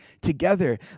together